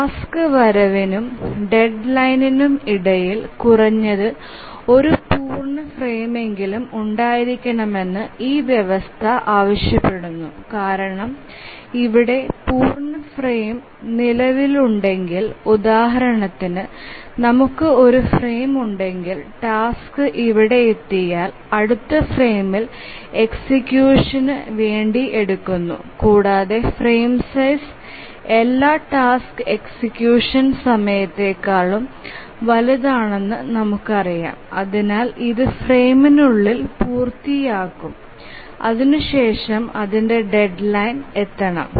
ടാസ്കിന്റെ വരവിനും ഡെഡ്ലൈനിനും ഇടയിൽ കുറഞ്ഞത് ഒരു പൂർണ്ണ ഫ്രെയിമെങ്കിലും ഉണ്ടായിരിക്കണമെന്ന് ഈ വ്യവസ്ഥ ആവശ്യപ്പെടുന്നു കാരണം ഇവിടെ പൂർണ്ണ ഫ്രെയിം നിലവിലുണ്ടെങ്കിൽ ഉദാഹരണത്തിന് നമുക്ക് ഒരു ഫ്രെയിം ഉണ്ടെങ്കിൽ ടാസ്ക് ഇവിടെയെത്തിയാൽ അടുത്ത ഫ്രെയിമിൽ എക്സിക്യൂഷന് വേണ്ടി എടുക്കുന്നു കൂടാതെ ഫ്രെയിം സൈസ് എല്ലാ ടാസ്ക് എക്സിക്യൂഷൻ സമയത്തേക്കാളും വലുതാണെന്ന് നമുക്ക്ക്കറിയാം അതിനാൽ ഇത് ഫ്രെയിമിനുള്ളിൽ പൂർത്തിയാകും അതിനുശേഷം അതിന്റെ ഡെഡ്ലൈൻ എത്തണം